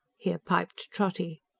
here piped trotty.